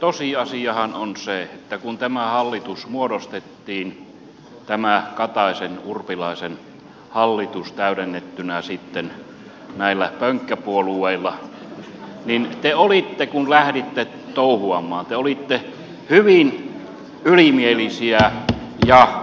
tosiasiahan on se että kun tämä hallitus muodostettiin tämä kataisenurpilaisen hallitus täydennettynä sitten näillä pönkkäpuolueilla niin te olitte kun lähditte touhuamaan hyvin ylimielisiä ja ylpeitä